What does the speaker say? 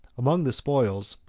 among the spoils,